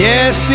Yes